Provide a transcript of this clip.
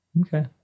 Okay